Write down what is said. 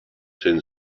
tin